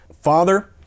Father